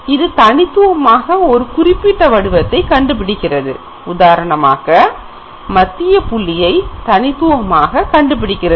இது தனித்துவமாக ஒரு குறிப்பிட்ட வடிவத்தை கண்டுபிடிக்கிறது உதாரணமாக மத்திய புள்ளியை தனித்துவமாக கண்டுபிடிக்கிறது